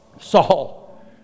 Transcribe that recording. saul